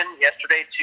yesterday